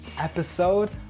episode